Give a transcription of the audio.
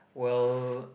while